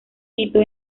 hito